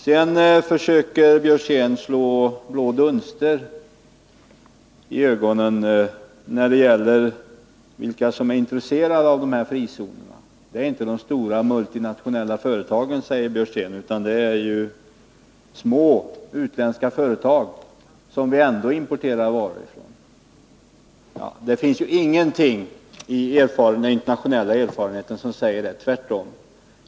Sedan försöker Karl Björzén slå blå dunster i ögonen på oss när det gäller vilka som är intresserade av frizonerna. Det är inte de stora multinationella företagen, säger han, utan det är små utländska företag, som vi ändå importerar varor från. Det finns ingenting i den internationella erfarenheten som bekräftar detta, tvärtom.